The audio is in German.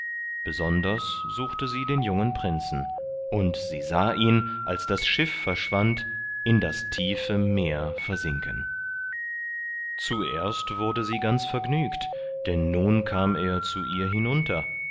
besonders suchte sie den jungen prinzen und sie sah ihn als das schiff verschwand in das tiefe meer versinken zuerst wurde sie ganz vergnügt denn nun kam er zu ihr hinunter